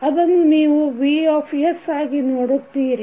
ಅದನ್ನು ನೀವು V ಆಗಿ ನೋಡುತ್ತೀರಿ